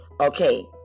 Okay